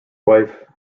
wife